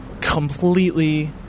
completely